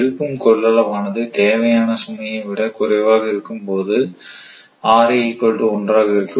இருக்கும் கொள்ளளவு ஆனது தேவையான சுமையை விட குறைவாக இருக்கும்போது ஆக இருக்கும்